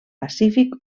pacífic